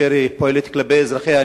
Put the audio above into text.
כאשר היא פועלת כלפי אזרחיה,